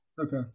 okay